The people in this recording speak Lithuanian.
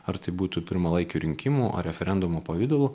ar tai būtų pirmalaikių rinkimų ar referendumo pavidalu